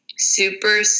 super